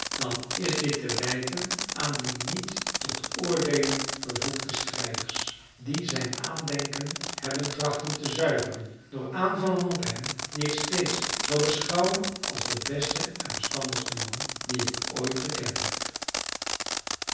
dan is dit te wijten aan die niet tot oordeelen bevoegde strijders die zijn aandenken hebben trachten te zuiveren door aanvallen op hem dien ik steeds zal beschouwen als den besten en verstandigsten man dien ik ooit gekend heb